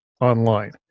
online